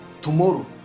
tomorrow